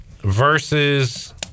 versus